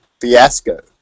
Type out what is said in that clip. Fiasco